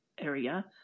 area